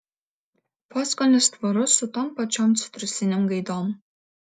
poskonis tvarus su tom pačiom citrusinėm gaidom